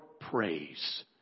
praise